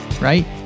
right